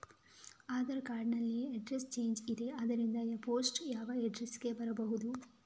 Aadhaar card ನಲ್ಲಿ address change ಇದೆ ಆದ್ದರಿಂದ ಪೋಸ್ಟ್ ಯಾವ ಅಡ್ರೆಸ್ ಗೆ ಬರಬಹುದು?